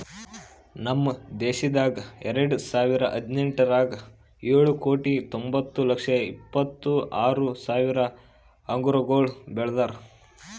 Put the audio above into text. ನಮ್ ವಿಶ್ವದಾಗ್ ಎರಡು ಸಾವಿರ ಹದಿನೆಂಟರಾಗ್ ಏಳು ಕೋಟಿ ತೊಂಬತ್ತು ಲಕ್ಷ ಇಪ್ಪತ್ತು ಆರು ಸಾವಿರ ಅಂಗುರಗೊಳ್ ಬೆಳದಾರ್